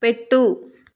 పెట్టు